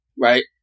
Right